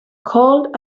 called